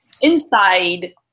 inside